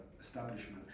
establishment